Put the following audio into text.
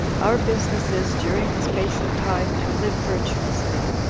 our business is, during the space of time, to live virtuously,